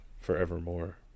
forevermore